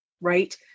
right